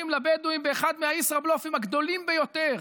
לבדואים באחד מהישראבלופים הגדולים ביותר.